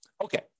Okay